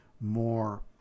more